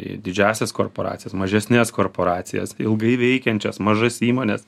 į didžiąsias korporacijas mažesnes korporacijas ilgai veikiančias mažas įmones